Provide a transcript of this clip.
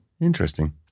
interesting